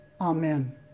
Amen